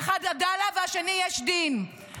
האחד עדאלה והשני יש דין.